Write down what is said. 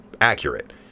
accurate